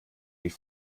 die